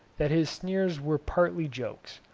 that his sneers were partly jokes,